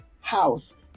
house